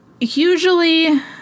usually